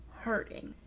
hurting